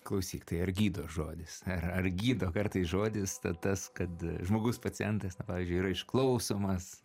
klausyk tai ar gydo žodis ar ar gydo kartais žodis ta tas kad žmogus pacientas na pavyzdžiui yra išklausomas